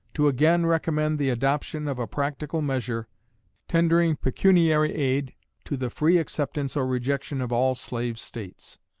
to again recommend the adoption of a practical measure tendering pecuniary aid to the free acceptance or rejection of all slave states,